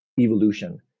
evolution